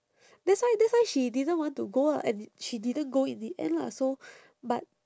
that's why that's why she didn't want to go ah and she didn't go in the end lah so but